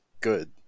good